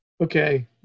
okay